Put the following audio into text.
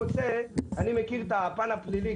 אני מכיר את הפן הפלילי,